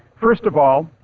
first of all,